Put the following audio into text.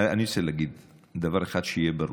אני רוצה להגיד דבר אחד שיהיה ברור: